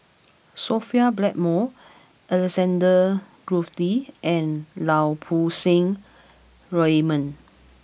Sophia Blackmore Alexander Guthrie and Lau Poo Seng Raymond